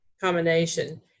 combination